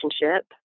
relationship